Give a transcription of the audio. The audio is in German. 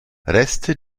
reste